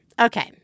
Okay